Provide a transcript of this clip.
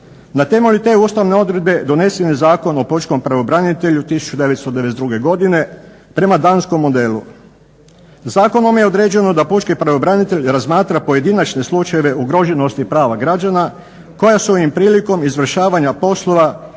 Na temelju te ustavne odredbe donesen je Zakon o pučkom pravobranitelju 1992. godine prema danskom modelu. Zakonom je određeno da pučki pravobranitelj razmatra pojedinačne slučajeve ugroženosti prava građana koja su im prilikom izvršavanja poslova